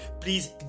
please